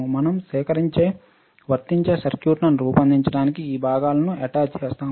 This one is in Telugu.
మనం వర్తించే సర్క్యూట్ను రూపొందించడానికి ఈ భాగాలను అటాచ్ చేస్తాము